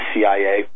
CIA